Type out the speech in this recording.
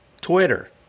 Twitter